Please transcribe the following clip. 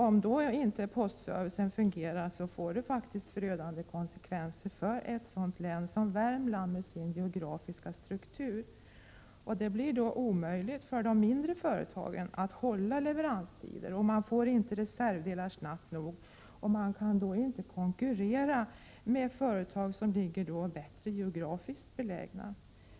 Om inte postservicen fungerar, får det faktiskt förödande konsekvenser för ett sådant län som Värmlands län med dess geografiska struktur. Det blir då omöjligt för de mindre företagen att hålla leveranstider. Man får inte reservdelar snabbt nog, och man kan inte konkurrera med företag som är bättre geografiskt belägna.